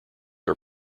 are